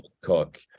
Cook